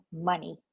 money